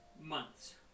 months